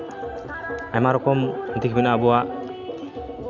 ᱟᱭᱢᱟ ᱨᱚᱠᱚᱢ ᱫᱤᱠ ᱦᱩᱭᱱᱟ ᱟᱵᱚᱣᱟᱜ